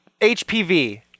HPV